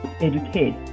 educate